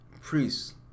priests